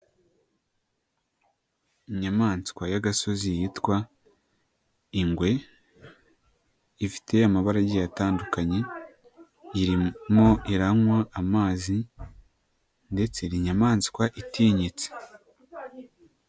Inyamaswa y'agasozi yitwa, ingwe, ifite amabara atandukanye, irimo iranywa amazi ndetse ni inyamaswa itinyitse.